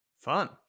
fun